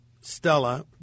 Stella